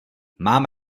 mám